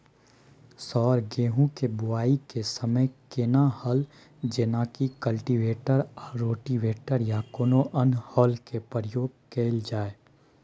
Sir गेहूं के बुआई के समय केना हल जेनाकी कल्टिवेटर आ रोटावेटर या कोनो अन्य हल के प्रयोग कैल जाए?